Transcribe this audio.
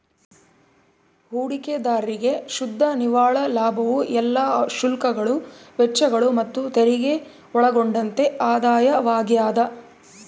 ಹೂಡಿಕೆದಾರ್ರಿಗೆ ಶುದ್ಧ ನಿವ್ವಳ ಲಾಭವು ಎಲ್ಲಾ ಶುಲ್ಕಗಳು ವೆಚ್ಚಗಳು ಮತ್ತುತೆರಿಗೆ ಒಳಗೊಂಡಂತೆ ಆದಾಯವಾಗ್ಯದ